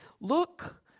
Look